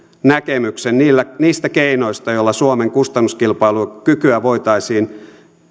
näkemyksen niistä keinoista joilla suomen kustannuskilpailukykyä voitaisiin